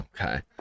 Okay